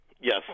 Yes